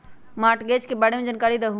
Mortgage के बारे में जानकारी देहु?